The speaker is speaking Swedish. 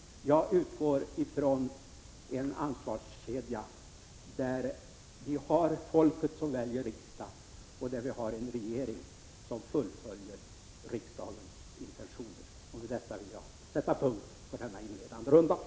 Jag utgår från en ansvarskedja, där vi har folket som väljer riksdagen och där vi har en regering som fullföljer riksdagens intentioner. Med detta sätter jag punkt efter den inledande rundan.